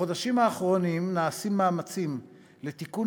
בחודשים האחרונים נעשים מאמצים לתיקון